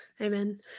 Amen